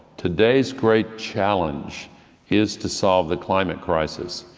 today's great challenge is to solve the climate crisis.